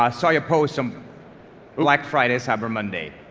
i saw you post on black friday cyber monday.